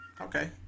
Okay